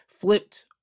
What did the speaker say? flipped